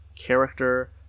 character